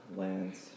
lands